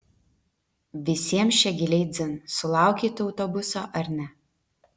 visiems čia giliai dzin sulaukei tu autobuso ar ne